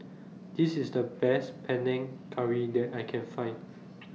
This IS The Best Panang Curry that I Can Find